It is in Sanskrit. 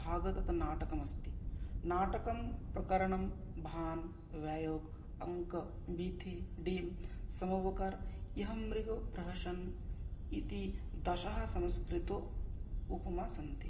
भागं तत् नाटकम् अस्ति नाटकं प्रकरणं भाणः व्यायोगः अङ्कः वीथिः डिमः समवकार ईहामृगः प्रहसनम् इति दश संस्कृतोपमा सन्ति